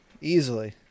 easily